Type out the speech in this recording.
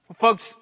Folks